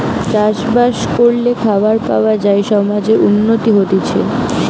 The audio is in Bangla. চাষ বাস করলে খাবার পাওয়া যায় সমাজের উন্নতি হতিছে